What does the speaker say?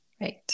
right